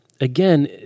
Again